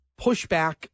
pushback